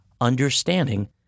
understanding